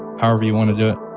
however you want to to